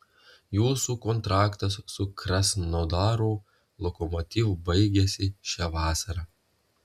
jūsų kontraktas su krasnodaro lokomotiv baigiasi šią vasarą